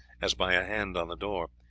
as by a hand on the door.